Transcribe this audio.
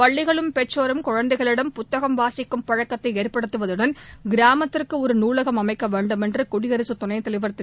பள்ளிகளும் பெற்றோரும் குழந்தைகளிடம் புத்தகம் வாசிக்கும் பழக்கத்தை ஏற்படுத்துவதுடன் கிராமத்திற்கு ஒரு நூலகம் அமைக்க வேண்டும் என்று குடியரசுத் துணைத் தலைவர் திரு